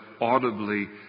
audibly